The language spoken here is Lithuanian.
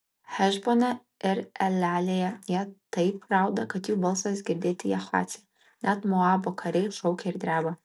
hešbone ir elealėje jie taip rauda kad jų balsas girdėti jahace net moabo kariai šaukia ir dreba